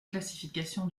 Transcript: classification